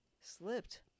slipped